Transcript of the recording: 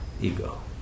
ego